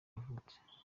yavutse